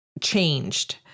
changed